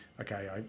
Okay